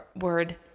word